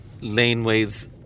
laneways